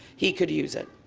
he could use it.